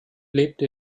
lebte